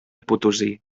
potosí